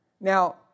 Now